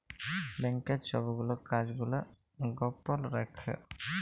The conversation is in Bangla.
ব্যাংকের ছব গুলা কাজ গুলা গপল রাখ্যে